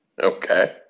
Okay